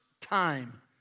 time